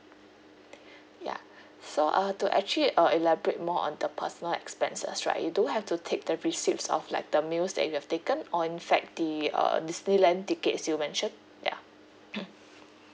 ya so uh to actually uh elaborate more on the personal expenses right you do have to take the receipts of like the meals that you have taken or in fact the uh disneyland tickets you mentioned ya